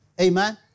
Amen